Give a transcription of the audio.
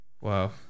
wow